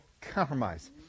compromise